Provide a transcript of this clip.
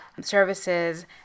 services